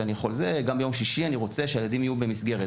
גם ביום שישי אני רוצה שהילדים יהיו במסגרת".